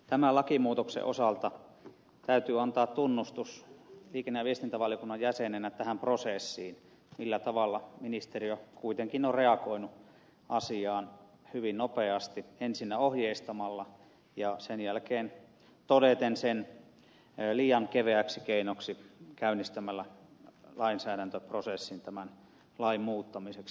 tämän lakimuutoksen osalta täytyy antaa tunnustus liikenne ja viestintävaliokunnan jäsenenä tästä prosessista millä tavalla ministeriö kuitenkin on reagoinut asiaan hyvin nopeasti ensinnä ohjeistamalla ja sen jälkeen todeten sen liian keveäksi keinoksi käynnistämällä lainsäädäntöprosessin tämän lain muuttamiseksi